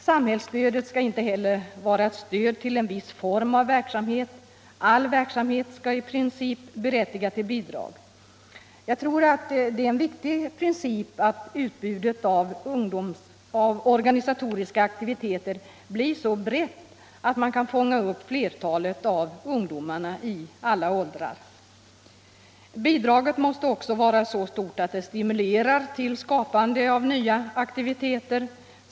Samhällsstödet skall inte heter vara ett stöd till en viss form av verksamhet. All verksamhet skall i princip berättiga till bidrag. Jag tror det är en viktig princip att utbudet av organisatoriska aktiviteter blir så brett att man kan fånga upp flertalet av ungdomarna i alla åldrar. Bidraget måste också vara så stort att det stimulerar till skapandet av nya aktiviteter.